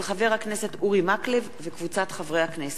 של חבר הכנסת אורי מקלב וקבוצת חברי הכנסת.